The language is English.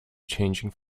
changing